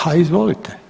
Ha izvolite.